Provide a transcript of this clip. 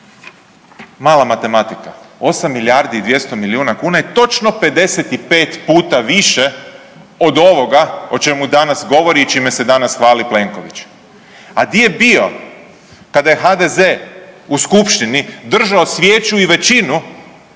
Mala matematika, 8 milijardi i 200 milijuna kuna je točno 55 puta više od ovoga o čemu danas govori i čime se danas hvali Plenković. A di je bio kada je HDZ u skupštini držao svijeću i većinu